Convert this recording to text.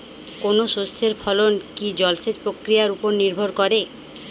কোনো শস্যের ফলন কি জলসেচ প্রক্রিয়ার ওপর নির্ভর করে?